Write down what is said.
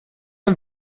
ein